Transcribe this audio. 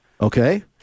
Okay